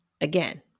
again